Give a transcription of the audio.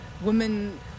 women